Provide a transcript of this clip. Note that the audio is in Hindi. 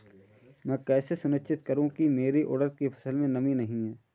मैं कैसे सुनिश्चित करूँ की मेरी उड़द की फसल में नमी नहीं है?